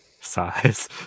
Size